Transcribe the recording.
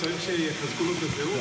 הוא צריך שיחזקו לו את הזהות?